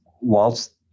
whilst